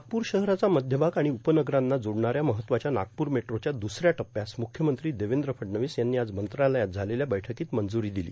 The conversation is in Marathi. नागप्र शहराचा मध्यभाग आणि उपनगरांना जोडणाऱ्या महत्वाच्या नागप्र मेट्रोच्या दुसऱ्या टप्प्यास मुख्यमंत्री देवेंद्र फडणवीस यांनी आज मंत्रालयात झालेल्या बैठकीत मंजुरी दिली